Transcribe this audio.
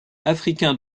africains